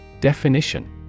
Definition